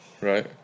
Right